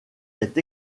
est